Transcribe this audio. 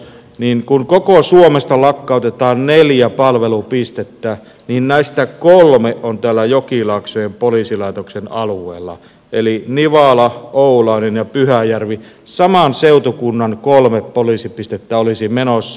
kun koko suomesta lakkautetaan neljä palvelupistettä niin näistä kolme on täällä jokilaaksojen poliisilaitoksen alueella eli nivala oulainen ja pyhäjärvi saman seutukunnan kolme poliisipistettä olisi menossa